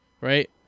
Right